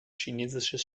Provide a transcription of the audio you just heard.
chinesisches